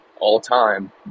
all-time